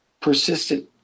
persistent